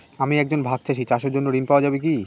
আমি একজন ভাগ চাষি চাষের জন্য ঋণ পাওয়া যাবে কি?